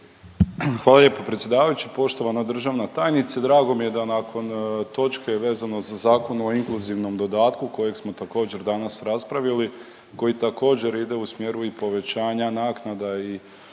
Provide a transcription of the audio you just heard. Hvala lijepo predsjedavajući. Poštovana državna tajnice, drago mi je da nakon točke vezano za Zakon o inkluzivnom dodatku kojeg smo također danas raspravili koji također ide u smjeru i povećanja naknada i